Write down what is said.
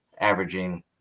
averaging